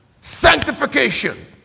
sanctification